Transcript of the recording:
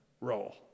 role